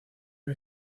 que